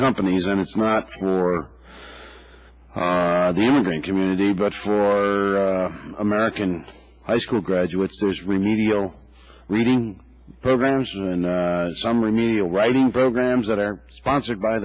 company's and it's not for the immigrant community but for american high school graduates there's remedial reading programs and some remedial writing programs that are sponsored by